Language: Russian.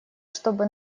чтобы